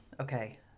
Okay